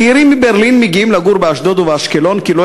צעירים מברלין מגיעים לגור באשדוד ובאשקלון כי הם